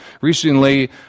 Recently